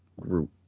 group